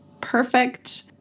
perfect